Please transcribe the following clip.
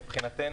מבחינתנו,